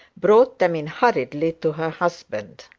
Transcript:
brought them in hurriedly to her husband.